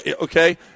Okay